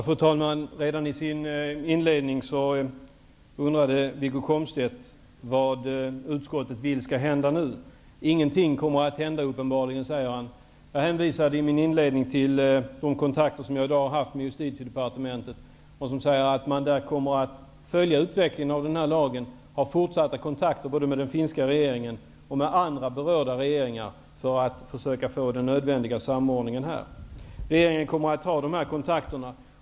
Fru talman! Redan i sin inledning undrade Wiggo Komstedt vad utskottet vill att det skall hända nu. Han säger att det uppenbarligen inte kommer att hända någonting. I min inledning hänvisade jag till de kontakter som jag i dag har haft med Justitiedepartementet, av vilka det framgår att man kommer att följa utveckligen av lagen och ha fortsatta kontakter med både den finska regeringen och andra berörda regeringar för att försöka åstadkomma den nödvändiga samordningen. Regeringen kommer att ta dessa kontakter.